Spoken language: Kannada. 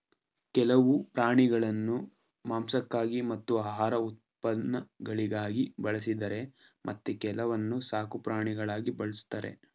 ಕೆಲವು ಪ್ರಾಣಿಗಳನ್ನು ಮಾಂಸಕ್ಕಾಗಿ ಮತ್ತು ಆಹಾರ ಉತ್ಪನ್ನಗಳಿಗಾಗಿ ಬಳಸಿದರೆ ಮತ್ತೆ ಕೆಲವನ್ನು ಸಾಕುಪ್ರಾಣಿಗಳಾಗಿ ಬಳ್ಸತ್ತರೆ